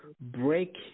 break